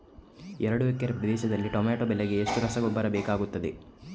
ಎರಡು ಎಕರೆ ಪ್ರದೇಶದಲ್ಲಿ ಟೊಮ್ಯಾಟೊ ಬೆಳೆಗೆ ಎಷ್ಟು ರಸಗೊಬ್ಬರ ಬೇಕಾಗುತ್ತದೆ?